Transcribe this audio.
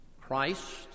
Christ